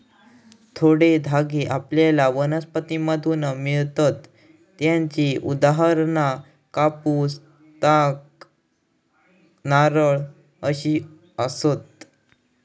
थोडे धागे आपल्याला वनस्पतींमधसून मिळतत त्येची उदाहरणा कापूस, ताग, नारळ अशी आसत